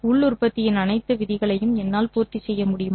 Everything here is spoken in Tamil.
உள் உற்பத்தியின் அனைத்து விதிகளையும் என்னால் பூர்த்தி செய்ய முடியுமா